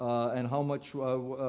and how much